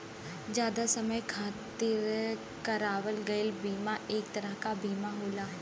जादा समय खातिर करावल गयल बीमा एक तरह क बीमा होला